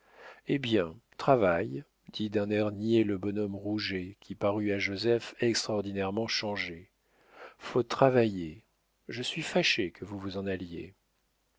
eh bien travaille dit d'un air niais le bonhomme rouget qui parut à joseph extraordinairement changé faut travailler je suis fâché que vous vous en alliez